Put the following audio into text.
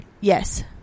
Yes